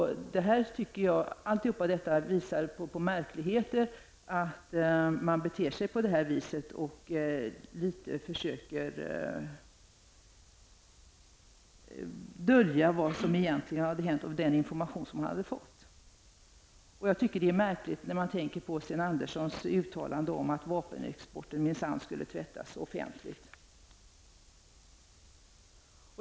Det är märkligt att bete sig på detta sätt, dvs. litet grand försöka dölja vad som egentligen hänt liksom också den information som man hade fått. Detta är märkligt med tanke på Sten Anderssons uttalande att vapenexporten minsann skall tvättas offenligt.